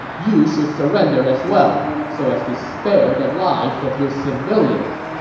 you should surrender as well, so as to spare the lives of your civilians.